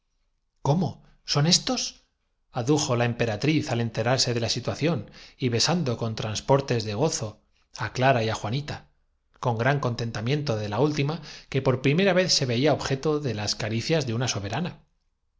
cómo son éstos adujóla emperatriz al en terarse de la situación y besando con transportes de gozo á clara y á juanita con gran contentamiento de la última que por primera vez se veía objeto de las ca ricias de una soberana